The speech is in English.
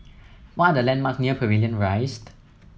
what are the landmark near Pavilion Rise